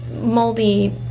moldy